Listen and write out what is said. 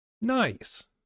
Nice